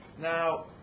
Now